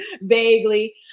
vaguely